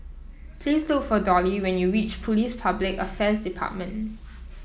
please look for Dolly when you reach Police Public Affairs Department